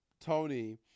Tony